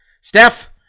Steph